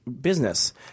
business